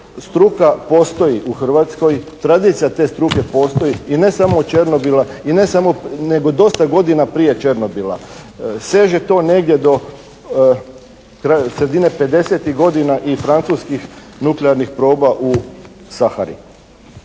struka postoji u Hrvatskoj, tranzicija te struke postoji. I ne samo Černobila nego dosta godina prije Černobila. Seže to negdje do sredine 50.-tih godina i francuskih nuklearnih proba u Sahari.